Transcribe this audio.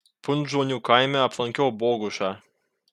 punžonių kaime aplankiau bogušą